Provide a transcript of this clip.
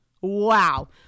Wow